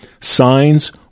Signs